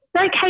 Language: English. okay